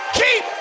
keep